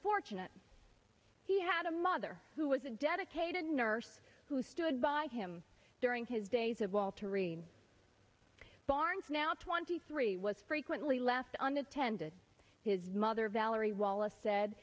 fortunate he had a mother who was a dedicated nurse who stood by him during his days of all terrain barnes now twenty three was frequently left unintended his mother valerie wallace said